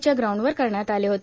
च्या ग्राउंडवर करण्यात आले होते